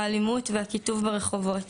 האלימות והקיטוב ברחובות,